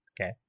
Okay